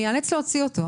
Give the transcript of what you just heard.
אני איאלץ להוציא אותו.